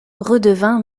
redevint